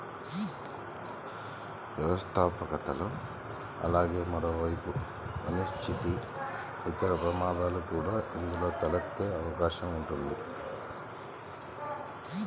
వ్యవస్థాపకతలో అలాగే మరోవైపు అనిశ్చితి, ఇతర ప్రమాదాలు కూడా ఇందులో తలెత్తే అవకాశం ఉంది